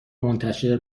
منتشر